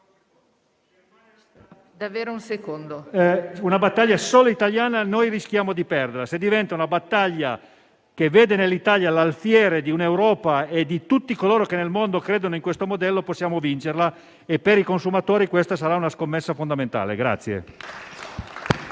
battaglia rimane solo italiana, rischiamo di perderla; se diventa una battaglia che vede nell'Italia l'alfiere dell'Europa e di tutti coloro che nel mondo credono in questo modello, possiamo vincerla e per i consumatori questa sarà una scommessa fondamentale.